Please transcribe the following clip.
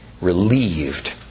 relieved